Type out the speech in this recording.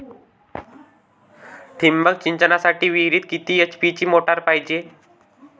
ठिबक सिंचनासाठी विहिरीत किती एच.पी ची मोटार पायजे?